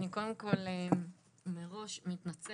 אני קודם כל מראש מתנצלת,